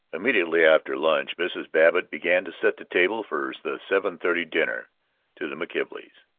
immediately after lunch mrs. babbitt began to set the table for the seven-thirty dinner to the mckelveys,